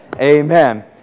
amen